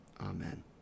Amen